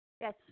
Yes